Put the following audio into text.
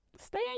Stay